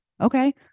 Okay